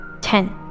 ten